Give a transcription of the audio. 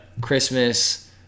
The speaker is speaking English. christmas